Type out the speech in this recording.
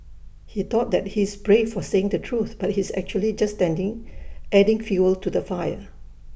he thought that he's brave for saying the truth but he's actually just standing adding fuel to the fire